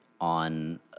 on